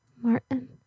martin